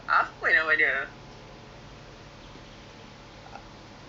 but ya ya this mom is specialising in what kind of medicine ah